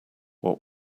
what